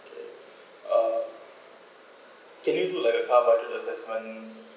okay uh can you do like a car budget assessment